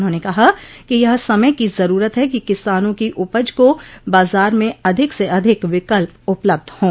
उन्होंने कहा कि यह समय की जरूरत है कि किसानों की उपज को बाजार में अधिक से अधिक विकल्प उपलब्ध हों